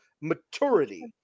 maturity